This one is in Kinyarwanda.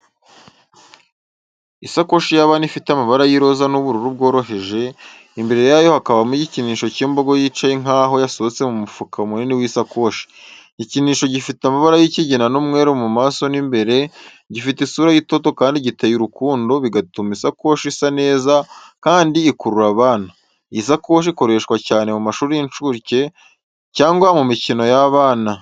Isakoshi y’abana ifite amabara y’iroza n’ubururu bworoheje, imbere yayo hakabamo igikinisho cy’imbogo yicaye nk’aho yasohotse mu mufuka munini w’isakoshi. Igikinisho gifite amabara y’ikigina n’umweru ku maso n’imbere, gifite isura y’itoto kandi giteye urukundo, bigatuma isakoshi isa neza kandi ikurura abana. Iyi sakoshi ikoreshwa cyane mu mashuri y’incuke cyangwa mu mikino y’abana.